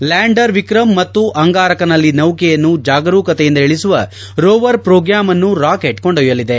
lander Vikram ಮತ್ತು ಅಂಗಾರಕನಲ್ಲಿ ನೌಕೆಯನ್ನು ಜಾಗರೂಕತೆಯಿಂದ ಇಳಿಸುವ ರೋವರ್ ಪ್ರೋಗ್ಯಾಂ ಅನ್ನು ರಾಕೆಟ್ ಕೊಂಡೊಯ್ಯಲಿದೆ